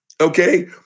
Okay